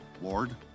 Lord